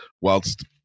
whilst